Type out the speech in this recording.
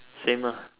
same lah